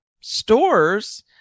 stores